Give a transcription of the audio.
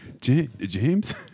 James